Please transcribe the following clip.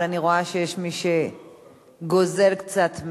אבל אני רואה שיש מי שגוזל קצת.